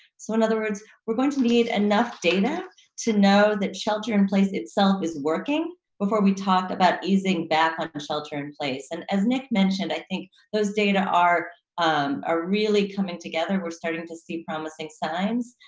so in other words we're going to need enough data to know that shelter-in-place itself is working before we talk about easing back on shelter-in-place. and as nick mentioned, i think those data are um ah really coming together. we're starting to see promising signs,